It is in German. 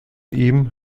ihm